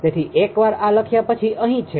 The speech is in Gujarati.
તેથી એકવાર આ લખ્યા પછી અહીં છે